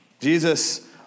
Jesus